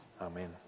Amen